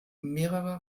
mehrere